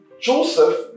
Joseph